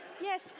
Yes